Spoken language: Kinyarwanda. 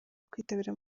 kwitabira